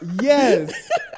Yes